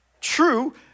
True